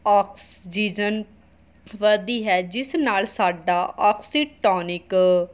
oxygen ਵਧਦੀ ਹੈ ਜਿਸ ਨਾਲ ਸਾਡਾ ਆਕਸੀਟੋਨਿਕ